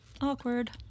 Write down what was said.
Awkward